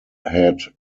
head